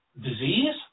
disease